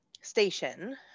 station